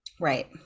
right